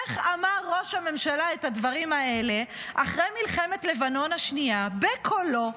איך אמר ראש הממשלה את הדברים האלה לאחר מלחמת לבנון השנייה בקולו,